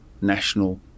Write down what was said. national